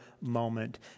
moment